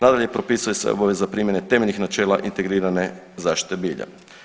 Nadalje, propisuje se obaveza primjene temeljnih načela integrirane zaštite bilja.